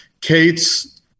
Kate's